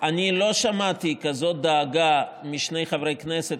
אני לא שמעתי כזאת דאגה משני חברי הכנסת